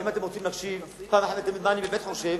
אם אתם רוצים להקשיב פעם אחת ולתמיד מה אני באמת חושב,